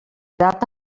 data